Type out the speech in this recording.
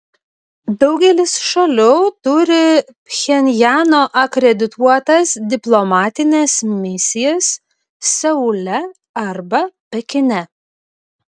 daugelis šalių turi pchenjano akredituotas diplomatines misijas seule arba pekine